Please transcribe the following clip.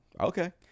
Okay